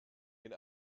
geht